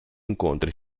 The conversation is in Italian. incontri